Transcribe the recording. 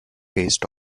based